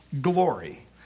glory